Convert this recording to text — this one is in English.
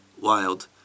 Wild